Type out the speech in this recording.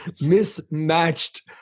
mismatched